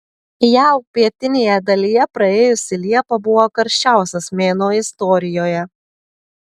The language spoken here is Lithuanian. jav pietinėje dalyje praėjusi liepa buvo karščiausias mėnuo istorijoje